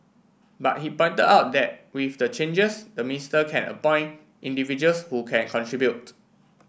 but he pointed out that with the changes the minister can appoint individuals who can contribute